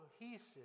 cohesive